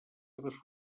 seves